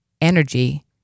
energy